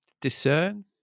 discern